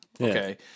Okay